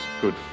good